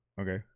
okay